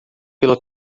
pela